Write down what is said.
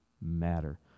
matter